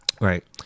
Right